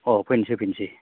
अ फैनोसै फैनोसै